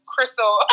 Crystal